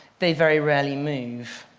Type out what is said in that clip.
they very rarely move.